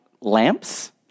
lamps